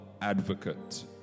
advocate